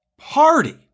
party